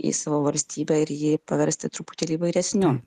į savo valstybę ir jį paversti truputėlį įvairesniu